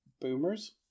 boomers